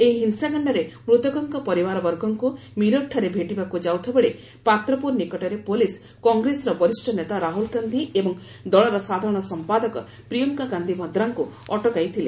ଏହି ହିଂସାକାଣ୍ଡରେ ମୃତକଙ୍କ ପରିବାରବର୍ଗଙ୍କୁ ମିରଟଠାରେ ଭେଟିବାକୁ ଯାଉଥିବା ବେଳେ ପାତ୍ରପୁର ନିକଟରେ ପୁଲିସ୍ କଂଗ୍ରେସର ବରିଷ୍ଠ ନେତା ରାହୁଲ ଗାନ୍ଧି ଏବଂ ଦଳର ସାଧାରଣ ସମ୍ପାଦକ ପ୍ରିୟଙ୍କା ଗାନ୍ଧି ଭଦ୍ରାଙ୍କୁ ଅଟକାଇଥିଲେ